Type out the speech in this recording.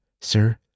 sir